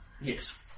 Yes